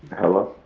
hello?